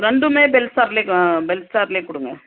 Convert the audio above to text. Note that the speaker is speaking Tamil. ரெண்டுமே பெல் ஸ்டாரிலே ஆ பெல் ஸ்டாரிலே கொடுங்க